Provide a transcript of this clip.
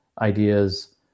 ideas